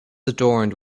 adorned